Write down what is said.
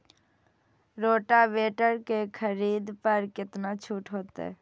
Rotavator के खरीद पर केतना छूट होते?